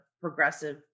progressive